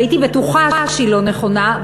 והייתי בטוחה שהיא לא נכונה,